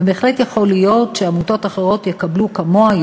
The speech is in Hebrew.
ובהחלט יכול להיות שעמותות אחרות יקבלו כמוה,